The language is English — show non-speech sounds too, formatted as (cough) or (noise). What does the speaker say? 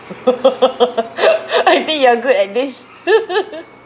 (laughs) I think you're good at this (laughs)